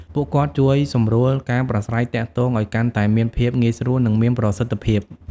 ពួកគាត់ជួយសម្រួលការប្រាស្រ័យទាក់ទងឲ្យកាន់តែមានភាពងាយស្រួល និងមានប្រសិទ្ធភាព។